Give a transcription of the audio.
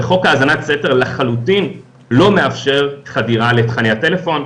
וחוק האזנת סתר לחלוטין לא מאפשר חדירה לתכני הטלפון,